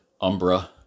Umbra